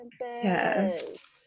Yes